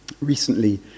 recently